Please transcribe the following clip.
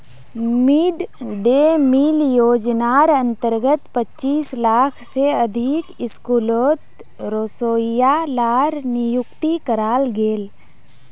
mid day meal योज्नार अंतर्गत पच्चीस लाख से अधिक स्कूलोत रोसोइया लार नियुक्ति कराल गेल